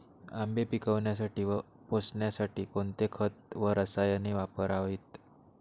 आंबे पिकवण्यासाठी व पोसण्यासाठी कोणते खत व रसायने वापरावीत?